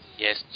Yes